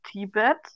Tibet